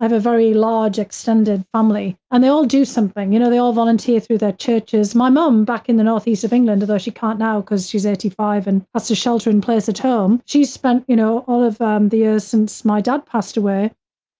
i have a very large extended family and they all do something you know, they all volunteer through their churches. my mom, back in the northeast of england, though she can't now because she's eighty five and has to shelter in place at home, she's spent, you know, all of um the years since my, my dad passed away